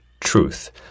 truth